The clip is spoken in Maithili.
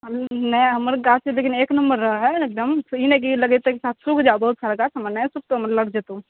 नहि हमर गाछ लेकिन एक नम्बर रहै हइ एकदम ई नहि कि लगैतेके साथ सूख जाबओ बहुत सारा गाछ हमर नहि सुखतौ हमर लग जेतो